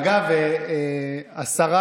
אתה יודע, אדוני היושב-ראש,